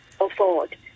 afford